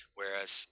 Whereas